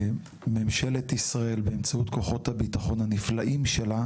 שממשלת ישראל באמצעות כוחות הביטחון הנפלאים שלה